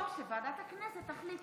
או שוועדת הכנסת תחליט לאיזו ועדה.